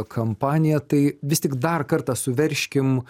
kampaniją tai vis tik dar kartą suveržkim